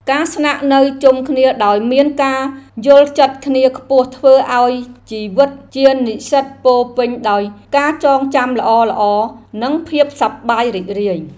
ការស្នាក់នៅជុំគ្នាដោយមានការយល់ចិត្តគ្នាខ្ពស់ធ្វើឱ្យជីវិតជានិស្សិតពោរពេញដោយការចងចាំល្អៗនិងភាពសប្បាយរីករាយ។